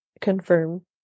confirm